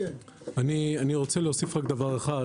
רוצה להוסיף רק דבר אחד